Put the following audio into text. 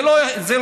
זה לא יימשך.